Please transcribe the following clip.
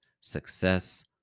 success